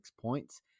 points